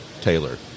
Taylor